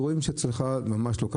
רואים שאצלך זה ממש לא כך.